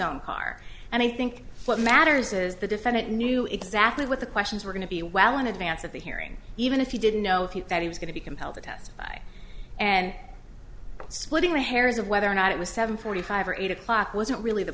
own car and i think what matters is the defendant knew exactly what the questions were going to be well in advance of the hearing even if you didn't know if you that he was going to be compelled to testify and splitting hairs of whether or not it was seven forty five or eight o'clock wasn't really the